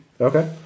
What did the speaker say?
Okay